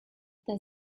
the